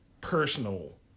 personal